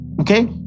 okay